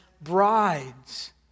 brides